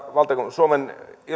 suomen